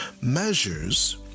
measures